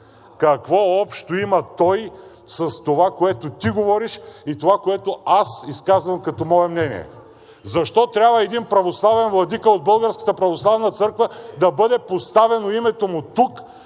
Какво общо има той с това, което ти говориш, и това, което аз изказвам като мое мнение? Защо трябва на един православен владика от Българската православна църква